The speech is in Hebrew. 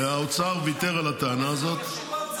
האוצר ויתר על הטענה הזאת --- איך זה קשור לאוצר?